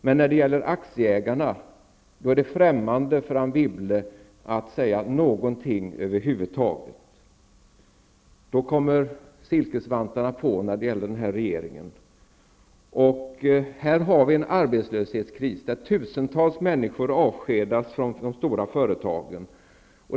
Men när det gäller aktieägarna är det främmande för Anne Wibble att säga någonting över huvud taget. Då tar den här regeringen på sig silkesvantarna. Vi har en arbetslöshetskris som innebär att tusentals människor avskedas från de stora företagen.